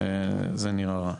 זה נראה רע.